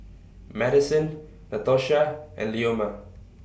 Maddison Natosha and Leoma